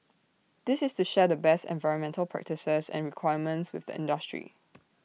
this is to share the best environmental practices and requirements with the industry